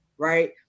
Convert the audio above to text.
right